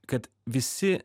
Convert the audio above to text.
kad visi